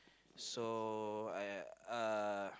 so I uh